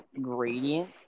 gradient